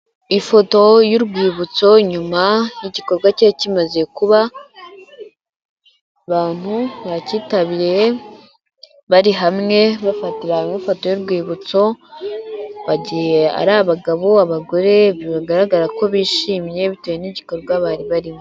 Ifoto y'urwibutso nyuma y'igikorwa cyari kimaze kuba, abantu bakitabiriye bari hamwe bafatira hamwe ifoto y'urwibutso, bagiye ari abagabo abagore bigaragara ko bishimye bitewe n'igikorwa bari barimo.